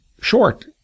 short